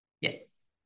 Yes